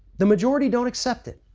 the majority don't accept it.